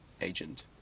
agent